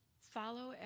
Follow